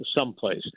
someplace